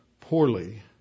poorly